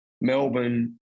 Melbourne